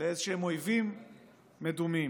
לאיזה שהם אויבים מדומים.